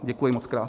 Děkuji mockrát.